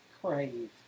crave